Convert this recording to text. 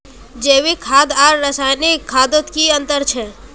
जैविक खाद आर रासायनिक खादोत की अंतर छे?